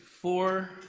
four